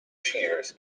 cheers